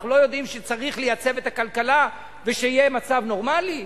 אנחנו לא יודעים שצריך לייצב את הכלכלה ושיהיה מצב נורמלי?